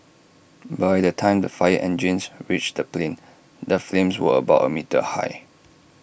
by the time the fire engines reached the plane the flames were about A metre high